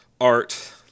art